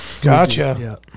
Gotcha